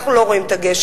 אנחנו לא רואים את הגשם.